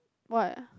what